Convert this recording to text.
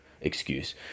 excuse